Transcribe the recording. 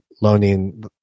loaning